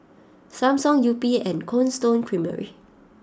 Samsung Yupi and Cold Stone Creamery